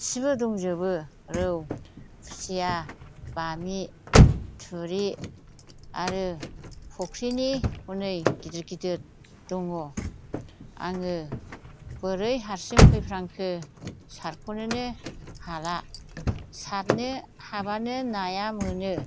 गासैबो दंजोबो रौ खुसिया बामि थुरि आरो फुख्रिनि हनै गिदिर गिदिर दङ आङो बोरै हारसिं फैफ्लांखो सारख'नो नो हाला सारनो हाबानो नाया मोनो